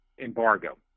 embargo